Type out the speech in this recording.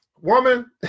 woman